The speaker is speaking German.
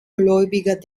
gläubiger